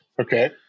Okay